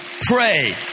Pray